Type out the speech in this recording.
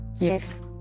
Yes